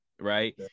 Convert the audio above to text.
right